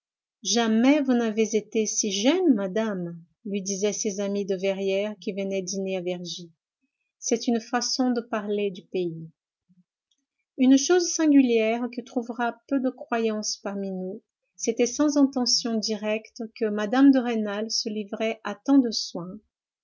jamais vous n'avez été si jeune madame lui disaient ses amis de verrières qui venaient dîner à vergy c'est une façon de parler du pays une chose singulière qui trouvera peu de croyance parmi nous c'était sans intention directe que mme de rênal se livrait à tant de soins